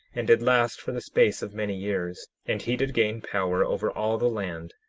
and did last for the space of many years and he did gain power over all the land,